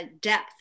depth